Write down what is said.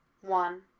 One